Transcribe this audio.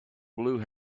blue